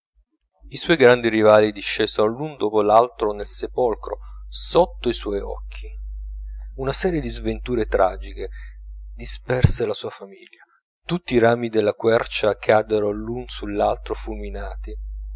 i suoi grandi rivali discesero l'un dopo l'altro nel sepolcro sotto i suoi occhi una serie di sventure tragiche disperse la sua famiglia tutti i rami della quercia caddero l'un sull'altro fulminati